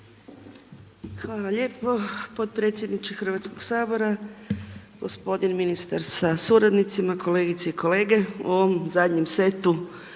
Hvala lijepo potpredsjedniče Hrvatskoga sabora, gospodine ministre sa suradnicima, kolegice i kolege. U ovom zadnjem setu